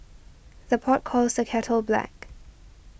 the pot calls the kettle black